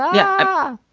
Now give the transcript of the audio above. yeah, and